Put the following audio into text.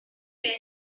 dare